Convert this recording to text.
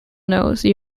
nose